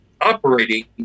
operating